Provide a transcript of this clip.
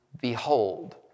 behold